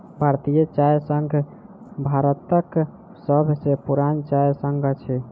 भारतीय चाय संघ भारतक सभ सॅ पुरान चाय संघ अछि